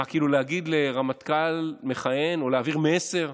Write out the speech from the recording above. כאילו להגיד לרמטכ"ל מכהן או להעביר מסר: